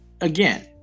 again